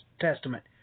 Testament